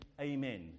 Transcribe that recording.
amen